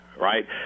right